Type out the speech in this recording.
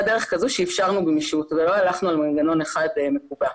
דרך כזו שאפשרנו גמישות ולא הלכנו על מנגנון אחד מקובע.